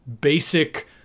basic